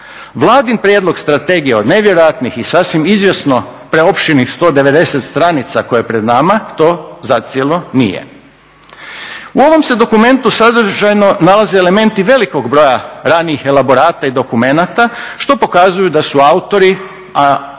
Vladin prijedlog strategije od nevjerojatnih i sasvim izvjesno preopširnih 190 stranica koja je pred nama, to zacijelo nije. U ovom se dokumentu sadržajno nalaze elementi velikog broja ranijih elaborata i dokumenta što pokazuju da su autori, a oni su,